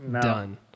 Done